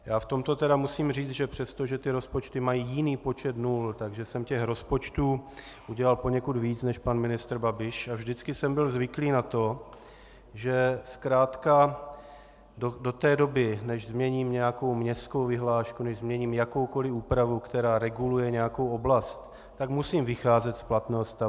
Já v tomto musím říct, že přestože ty rozpočty mají jiný počet dnů, tak že jsem těch rozpočtů udělal poněkud víc než pan ministr Babiš a vždycky jsem byl zvyklý na to, že zkrátka do té doby, než změním nějakou městskou vyhlášku, než změním jakoukoli úpravu, která reguluje nějakou oblast, tak musím vycházet z platného stavu.